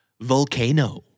Volcano